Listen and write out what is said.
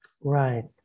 Right